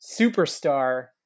superstar